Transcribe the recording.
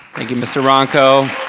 thank you mr. runco.